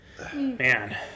man